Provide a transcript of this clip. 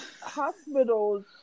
hospitals